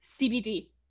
CBD